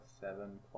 Seven